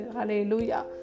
Hallelujah